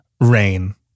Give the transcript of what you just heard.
Rain